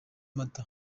mata